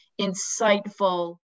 insightful